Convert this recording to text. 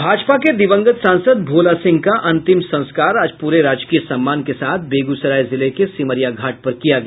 भाजपा के दिवंगत सांसद भोला सिंह का अंतिम संस्कार आज पूरे राजकीय सम्मान के साथ बेगूसराय जिले के सिमरिया घाट पर किया गया